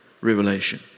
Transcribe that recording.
revelation